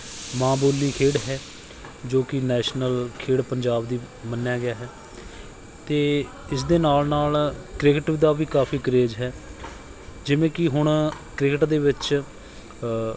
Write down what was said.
ਮਾਂ ਬੋਲੀ ਖੇਡ ਹੈ ਜੋ ਕਿ ਨੈਸ਼ਨਲ ਖੇਡ ਪੰਜਾਬ ਦੀ ਮੰਨਿਆ ਗਿਆ ਹੈ ਅਤੇ ਇਸ ਦੇ ਨਾਲ ਨਾਲ ਕ੍ਰਿਕਟ ਦਾ ਵੀ ਕਾਫੀ ਕਰੇਜ ਹੈ ਜਿਵੇਂ ਕਿ ਹੁਣ ਕ੍ਰਿਕਟ ਦੇ ਵਿੱਚ